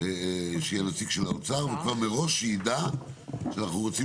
שיהיה נציג של האוצר וכבר מראש שיידע שאנחנו רוצים